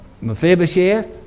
Mephibosheth